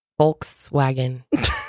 Volkswagen